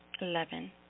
Eleven